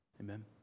Amen